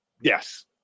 yes